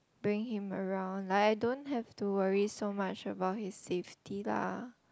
bring him around like I don't have to worry so much about his safety lah